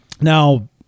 Now